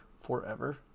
forever